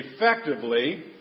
effectively